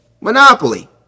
Monopoly